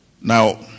now